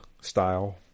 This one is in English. style